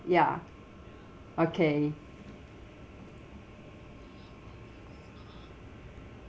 ya okay